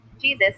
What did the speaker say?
Jesus